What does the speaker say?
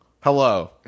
Hello